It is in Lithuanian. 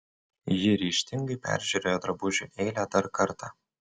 ji ryžtingai peržiūrėjo drabužių eilę dar kartą